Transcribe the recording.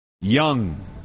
Young